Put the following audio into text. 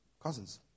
Cousins